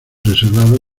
reservado